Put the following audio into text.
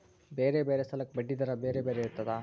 ಬೇರೆ ಬೇರೆ ಸಾಲಕ್ಕ ಬಡ್ಡಿ ದರಾ ಬೇರೆ ಬೇರೆ ಇರ್ತದಾ?